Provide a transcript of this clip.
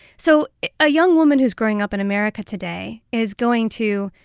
so a young woman who's growing up in america today is going to